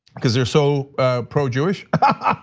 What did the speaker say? cuz they're so pro-jewish. ah